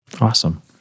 Awesome